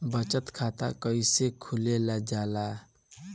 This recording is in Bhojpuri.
बचत खाता कइसे खोलल जाला?